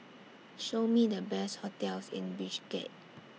Show Me The Best hotels in Bishkek